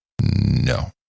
No